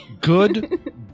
good